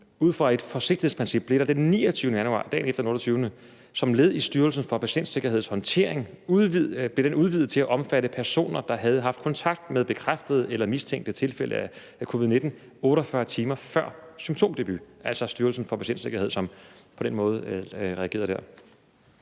ud fra et forsigtighedsprincip blev det den 29. januar, dagen efter den 28., som led i Styrelsen for Patientsikkerheds håndtering udvidet til at omfatte personer, der havde haft kontakt med bekræftede eller mistænkte tilfælde af covid-19 48 timer før symptomdebut. Det var altså Styrelsen for Patientsikkerhed, som på den måde reagerede der.